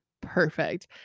perfect